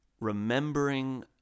remembering